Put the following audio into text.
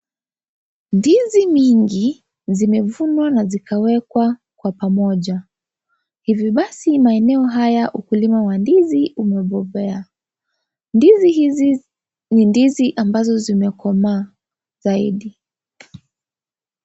Ndizi mingi zimevunwa na zikawekwa kwa pamoja, hivi basi eneo hili ukulima wa ndizi umebobea ndizi hizi ni ndizi ambazo zimekomaa zaidi.